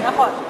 נכון.